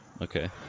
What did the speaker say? Okay